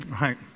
right